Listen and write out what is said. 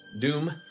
Doom